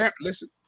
Listen